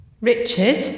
Richard